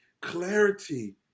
clarity